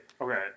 Okay